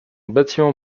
bâtiment